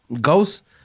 Ghost